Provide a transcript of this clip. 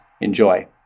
Enjoy